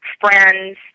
friends